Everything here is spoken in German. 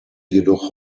jedoch